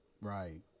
right